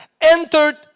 entered